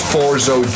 Forzo